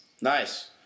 Nice